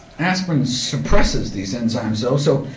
aspirin suppresses these enzymes, though so,